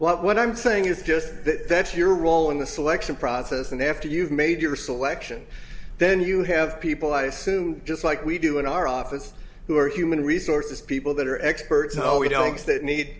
oranges what i'm saying is just that that's your role in the selection process and after you've made your selection then you have people i assume just like we do in our office who are human resources people that are experts all we don't need